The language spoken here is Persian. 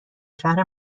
شهر